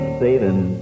saving